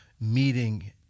meeting